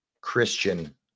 Christian